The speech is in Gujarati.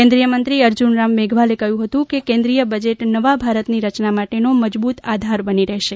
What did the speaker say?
કેન્દ્રિય મંત્રી અર્જુનરામ મેઘવાલે કહ્યું હતું કે કેન્દ્રીય બજેટ નવા ભારત ની રચના માટેનો મજબુત આધાર બની રહેશે